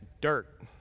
dirt